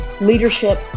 leadership